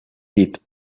dit